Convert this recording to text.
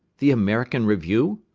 the american review?